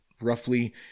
roughly